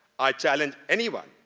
i challenge anyone,